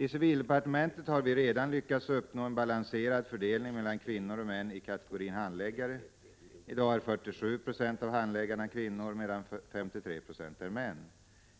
I civildepartementet har vi redan lyckats uppnå en balanserad fördelning mellan kvinnor och män i kategorin handläggare. I dag är 47 6 av handläggarna kvinnor, medan 53 26 är män.